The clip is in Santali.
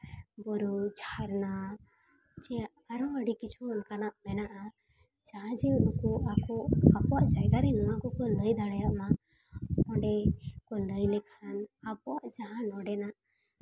ᱵᱩᱨᱩ ᱡᱷᱟᱨᱱᱟ ᱪᱮ ᱟᱨᱦᱚᱸ ᱚᱱᱠᱟᱱᱟᱜ ᱟᱹᱰᱤ ᱠᱤᱪᱷᱩ ᱢᱮᱱᱟᱜᱼᱟ ᱡᱟᱦᱟᱸ ᱡᱮ ᱩᱱᱠᱩ ᱟᱠᱚ ᱟᱠᱚᱣᱟᱜ ᱡᱟᱭᱜᱟ ᱨᱮ ᱱᱚᱣᱟ ᱠᱚᱠᱚ ᱞᱟᱹᱭ ᱫᱟᱲᱮᱭᱟᱜ ᱢᱟ ᱚᱸᱰᱮ ᱠᱚ ᱞᱟᱹᱭ ᱞᱮᱠᱷᱟᱱ ᱟᱵᱚᱣᱟᱜ ᱡᱟᱦᱟᱸ ᱱᱚᱰᱮᱱᱟᱜ